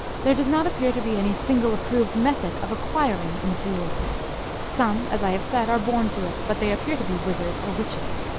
there does not appear to be any single approved method of acquiring m teoulin. some, as i have said, are born to it, but they appear to be wizards or witches.